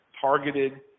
targeted